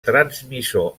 transmissor